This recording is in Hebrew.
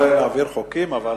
86 ו-94,